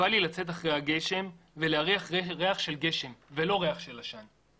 בא לי לצאת אחרי הגשם ולהריח ריח של גשם ולא ריח של עשן.